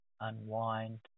unwind